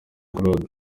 claude